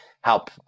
help